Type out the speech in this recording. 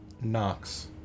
Knox